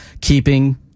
keeping